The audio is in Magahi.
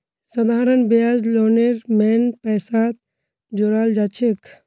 साधारण ब्याज लोनेर मेन पैसात जोड़ाल जाछेक